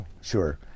Sure